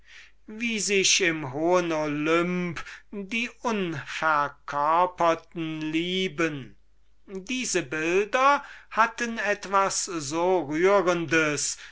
wie sich im hohen olymp die unverkörperten lieben diese bilder hatten etwas so rührendes